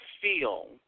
feel